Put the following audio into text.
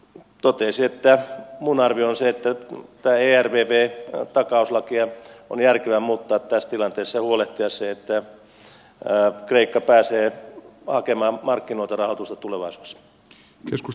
toteaisin että minun arvioni on se että tätä ervv takauslakia on järkevää muuttaa tässä tilanteessa ja huolehtia se että kreikka pääsee hakemaan markkinoilta rahoitusta tulevaisuudessa